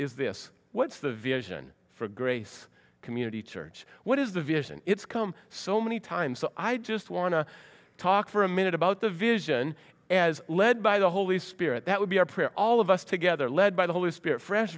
is this what's the vision for grace community church what is the vision it's come so many times so i just want to talk for a minute about the vision as led by the holy spirit that would be our prayer all of us together led by the holy spirit fresh